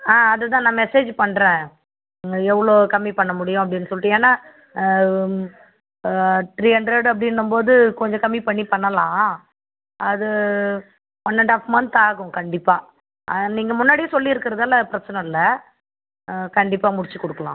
அது தான் நா மெசேஜ் பண்ணுறேன் இன்னும் எவ்வளோ கம்மி பண்ண முடியும் அப்படினு சொல்லிட்டு ஏன்னா த்ரீ ஹண்ட்ரெட் ஹண்ட்ரெட் அப்படின்னும்போது கொஞ்சம் கம்மி பண்ணி பண்ணலாம் அது ஒன் ஹாஃப் மன்த்தாகும் கண்டிப்பாக அதை நீங்கள் முன்னாடியே சொல்லி இருக்கிறதால பிரச்சனை இல்லை கண்டிப்பாக முடிச்சு கொடுக்கலாம்